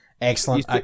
Excellent